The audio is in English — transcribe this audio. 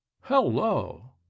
Hello